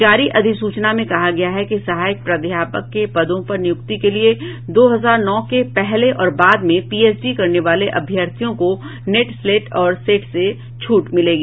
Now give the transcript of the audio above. जारी अधिसूचना में कहा गया है कि सहायक प्राध्यापक के पदों पर नियुक्ति के लिये दो हजार नौ के पहले और बाद में पीएचडी करने वाले अभ्यर्थियों को नेट स्लेट और सेट से छूट मिलेगी